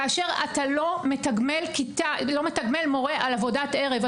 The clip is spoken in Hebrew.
כאשר אתה לא מתגמל מורה על עבודת ערב,